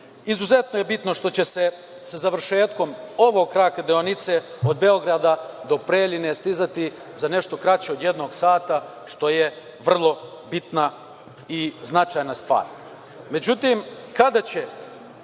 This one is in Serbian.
Izuzetno je bitno što će se sa završetkom ovog kraka deonice od Beograda do Preljine stizati za nešto kraće od jednog sata, što je vrlo bitna i značajna